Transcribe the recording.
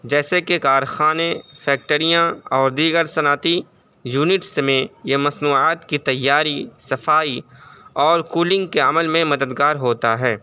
جیسے کہ کارخانے فیکٹریاں اور دیگر صنعتی یونٹس میں یہ مصنوعات کی تیاری صفائی اور کولنگ کے عمل میں مددگار ہوتا ہے